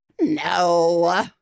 No